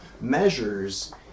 measures